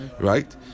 Right